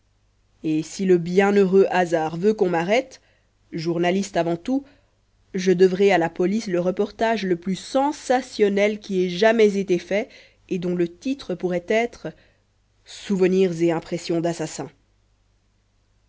et si le bienheureux hasard veut qu'on m'arrête journaliste avant tout je devrai à la police le reportage le plus sensationnel qui ait jamais été fait et dont le titre pourrait être souvenirs et impressions d'assassin